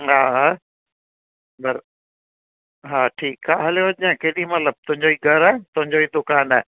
हा हा बरो हा ठीकु आहे हलियो अचिजांइ केॾीमहिल बि तुंहिंजो ई घरु आहे तुंहिंजो ई दुकान आहे